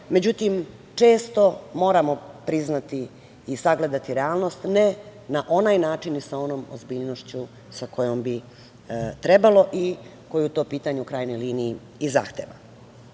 međutim često moramo priznati i sagledati realnost ne na onaj način i sa onom ozbiljnošću sa kojom bi trebalo i koju to pitanje u krajnjoj liniji i zahteva. Ono